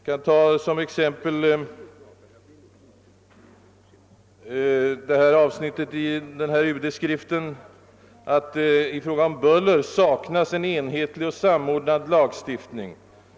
Jag kan som exempel nämna uppgiften i UD-skriften att det i fråga om buller saknas en enhetlig och samordnad lagstiftning.